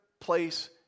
place